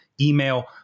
email